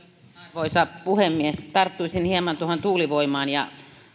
arvoisa puhemies tarttuisin hieman tuohon tuulivoimaan ja